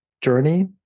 journey